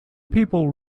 people